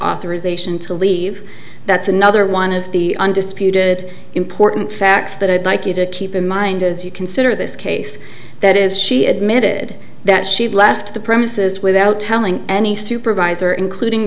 authorization to leave that's another one of the undisputed important facts that i'd like you to keep in mind as you consider this case that is she admitted good that she left the premises without telling any supervisor including